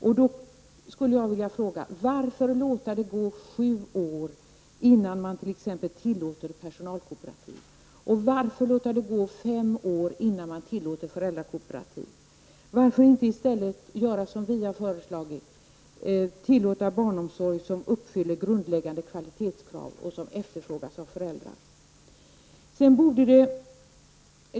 Varför skall man låta det gå sju år innan man tillåter personalkooperativ? Varför skall fem år gå innan man tillåter föräldrakooperativ? Varför inte i stället göra som vi centerpartister föreslår, nämligen tillåta barnomsorg som uppfyller grundläggande kvalitetskrav och som efterfrågas av föräldrar?